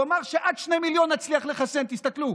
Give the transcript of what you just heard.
הוא אמר שעד שני מיליון נצליח לחסן, ותסתכלו,